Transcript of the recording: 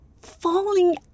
falling